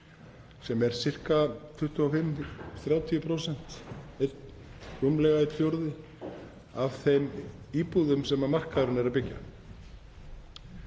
sem er sirka 25–30%, rúmlega einn fjórði af þeim íbúðum sem markaðurinn er að byggja.